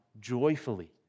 joyfully